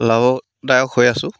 লাভদায়ক হৈ আছোঁ